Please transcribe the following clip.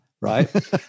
right